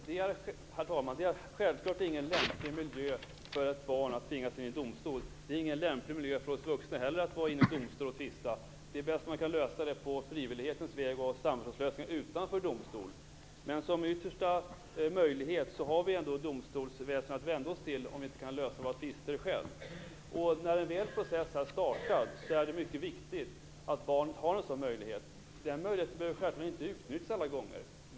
Herr talman! Det är självfallet inte någon lämplig miljö för ett barn att tvingas vistas i en domstol. Det är inte heller någon lämplig miljö för oss vuxna att vara i en domstol och tvista. Det bästa vore om man kunde lösa det på frivillighetens väg genom samförståndslösningar utanför domstol. Men som yttersta möjlighet har vi ändå domstolsväsendet att vända oss till om vi inte kan lösa våra tvister själva. När en process väl är startad är det mycket viktigt att barnet har en talerätt. Den möjligheten behöver självfallet inte utnyttjas alla gånger.